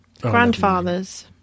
Grandfathers